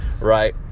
Right